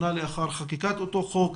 שנה לאחר חקיקת אותו חוק.